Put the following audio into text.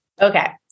Okay